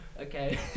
Okay